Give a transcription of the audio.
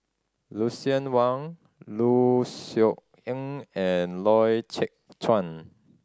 Lucien Wang Low Siew Nghee and Loy Chye Chuan